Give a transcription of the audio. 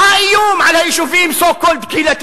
מה האיום על היישובים so called קהילתיים?